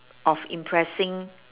of impressing